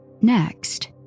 Next